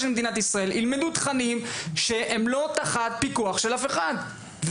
ילמדו תכנים שהם לא תחת פיקוח של אף אחד.